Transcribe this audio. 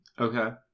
Okay